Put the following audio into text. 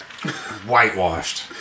Whitewashed